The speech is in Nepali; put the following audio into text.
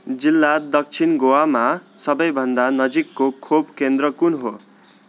जिल्ला दक्षिण गोवामा सबैभन्दा नजिकको खोप केन्द्र कुन हो